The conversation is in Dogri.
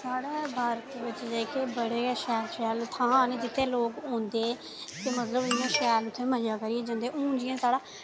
साढ़ै भारत बिच जेह्ड़े बड़े गै शैल शैल थां न जित्थै लोक औंदे मतलब इ'यां शैल शैल मजा करियै जंदे हून जि'यां साढ़ै